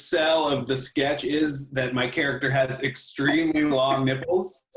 sell of the sketch is that my character has extremely long nipples.